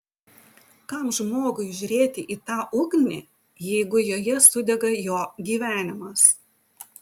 kam žmogui žiūrėti į tą ugnį jeigu joje sudega jo gyvenimas